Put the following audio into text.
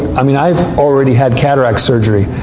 i mean, i've already had cataract surgery,